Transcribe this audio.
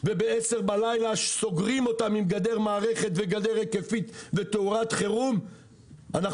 ובעשר בלילה סוגרים אותם עם גדר מערכת ובגדר היקפית בתאורת חירום אנחנו